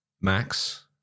max